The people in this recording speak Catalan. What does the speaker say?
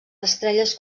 estrelles